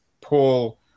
Paul